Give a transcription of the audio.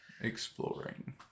exploring